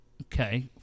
Okay